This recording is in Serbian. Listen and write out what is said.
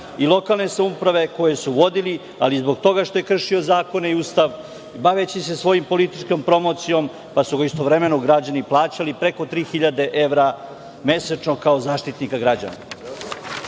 i lokalne samouprave koje su vodili, ali i zbog toga što je kršio zakone i Ustav, baveći se svojom političkom promocijom, pa su ga istovremeno građani plaćali preko 3000 evra mesečno, kao Zaštitnika građana. Moguće